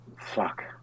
fuck